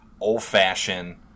old-fashioned